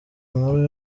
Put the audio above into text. nkuru